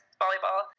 volleyball